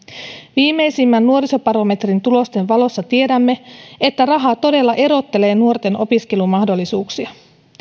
viimeisimmän nuorisobarometrin tulosten valossa tiedämme että raha todella erottelee nuorten opiskelumahdollisuuksia